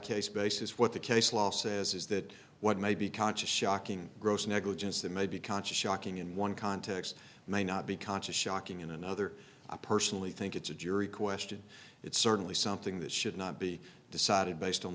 case basis what the case law says is that what may be conscious shocking gross negligence that may be conscious shocking in one context may not be conscious shocking in another i personally think it's a jury question it's certainly something that should not be decided based on